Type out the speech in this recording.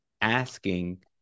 asking